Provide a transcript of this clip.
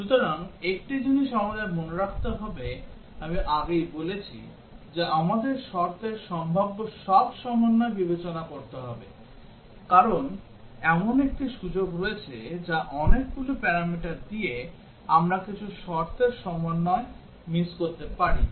সুতরাং একটি জিনিস আমাদের মনে রাখতে হবে আমি আগেই বলেছি যে আমাদের শর্তের সম্ভাব্য সব সমন্বয় বিবেচনা করতে হবে কারণ এমন একটি সুযোগ রয়েছে যা অনেকগুলি প্যারামিটার দিয়ে আমরা কিছু শর্তের সমন্বয় মিস করতে পারি